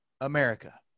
America